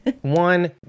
one